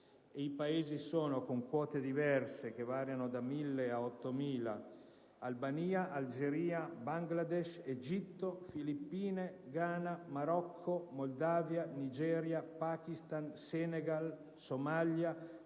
in questione sono, con quote diverse che variano da 1.000 a 8.000, Albania, Algeria, Bangladesh, Egitto, Filippine, Ghana, Marocco, Moldavia, Nigeria, Pakistan, Senegal, Somalia,